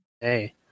hey